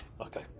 Okay